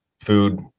food